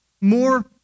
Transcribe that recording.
more